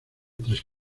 tres